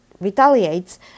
retaliates